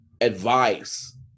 advice